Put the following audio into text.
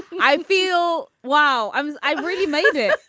i feel wow um i really made